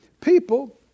people